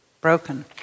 broken